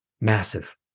Massive